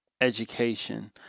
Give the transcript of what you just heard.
education